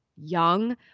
young